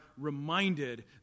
reminded